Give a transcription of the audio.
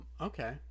okay